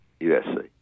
USC